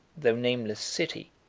though nameless, city,